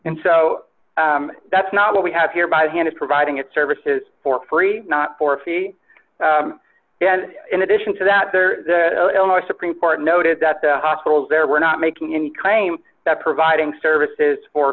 and so that's not what we have here by hand is providing its services for free not for a fee and in addition to that there are supreme court noted that the hospitals there were not making any claim that providing services or